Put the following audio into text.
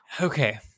okay